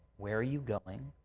where are you going?